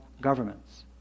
governments